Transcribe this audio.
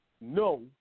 no